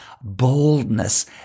boldness